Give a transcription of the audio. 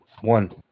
One